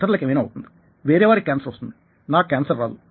ఇతరుల కి ఏమైనా అవుతుంది వేరే వారికి కేన్సర్ వస్తుంది నాకు కేన్సర్ రాదు